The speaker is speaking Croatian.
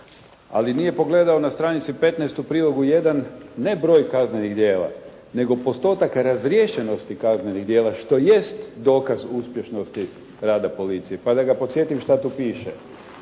Ali nije pogledao na stranici 15. u prilogu 1 ne broj kaznenih djela nego postotak razriješenosti kaznenih djela što jest dokaz uspješnosti rada policije. Pa da ga podsjetim što tu piše.